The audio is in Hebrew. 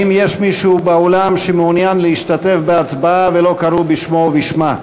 האם יש מישהו באולם שמעוניין להשתתף בהצבעה ולא קראו בשמו או בשמה?